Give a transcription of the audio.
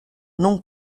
non